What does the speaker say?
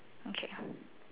okay